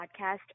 podcast